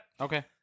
okay